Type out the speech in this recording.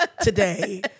today